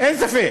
אין ספק.